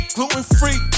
Gluten-free